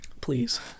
Please